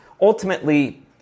ultimately